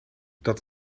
dat